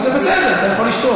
זה בסדר, אתה יכול לשתוק.